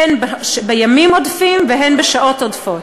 הן בימים עודפים והן בשעות עודפות.